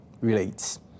relates